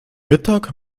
mittag